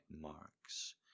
marks